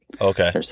Okay